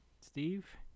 Steve